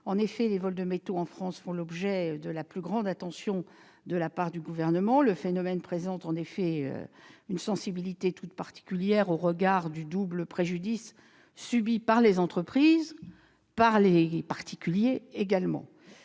sénateur, les vols de métaux en France font l'objet de la plus grande attention de la part du Gouvernement. Le phénomène présente en effet une sensibilité toute particulière, au regard du double préjudice subi par les entreprises et par les particuliers.